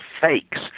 fakes